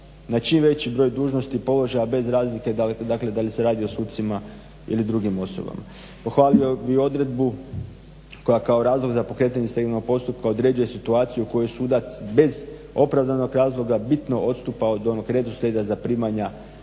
na čim veći broj dužnosti položaja bez razlike dakle da li se radi o sucima ili drugim osobama. Pohvalio bih odredbu koja kao razlog za pokretanje stegovnog postupka određuje situaciju koju sudac bez opravdanog razloga bitno odstupa od onog redoslijeda zaprimanja predmeta